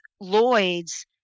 Lloyd's